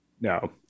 no